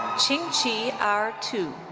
ching-chi r. tu.